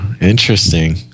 interesting